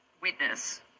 witness